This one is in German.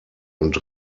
und